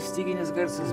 styginis garsas